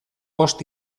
bost